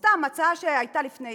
סתם, הצעה שהייתה לפני